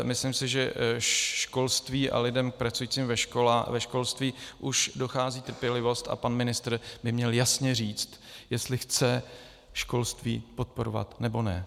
Myslím si, že školství a lidem pracujícím ve školách už dochází trpělivost a pan ministr by měl jasně říct, jestli chce školství podporovat, nebo ne.